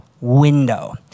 window